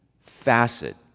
facet